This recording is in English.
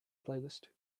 playlist